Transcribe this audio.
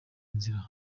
inzira